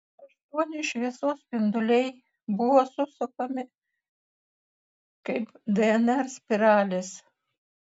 aštuoni šviesos spinduliai buvo susukami kaip dnr spiralės